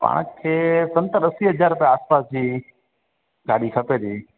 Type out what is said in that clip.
पाण खे सतर असी हज़ार रुपिया आसि पासि जी गाॾी खपे जी